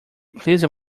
pleased